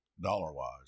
dollar-wise